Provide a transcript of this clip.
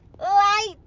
light